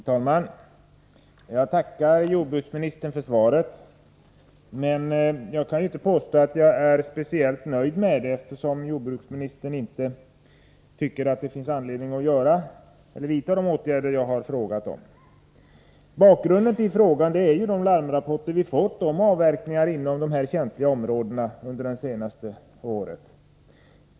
Herr talman! Jag tackar jordbruksministern för svaret. Men jag kan inte påstå att jag är speciellt nöjd med det, eftersom jordbruksministern inte tycker att det finns anledning att vidta de åtgärder jag har frågat honom om. Bakgrunden till frågan är de larmrapporter vi under det senaste året fått om avverkningar inom dessa känsliga områden.